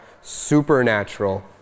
supernatural